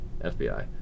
FBI